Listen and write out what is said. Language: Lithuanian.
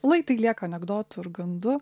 lai tai lieka anekdotu ir gandu